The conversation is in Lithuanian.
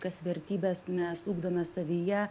tas vertybes mes ugdome savyje